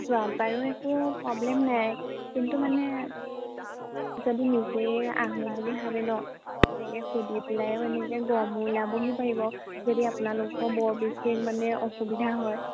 যোৱাত বাৰু একো প্ৰব্লেম নাই কিন্তু মানে যদি নিজেই আহোঁ বুলি ভাবে ন তেনেকৈ সুধি পেলাইও এনেকৈ গড়মূৰ ওলাবহি পাৰিব যদি আপোনালোকৰ বৰ বেছি মানে অসুবিধা হয়